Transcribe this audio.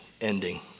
ending